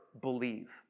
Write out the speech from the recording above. believe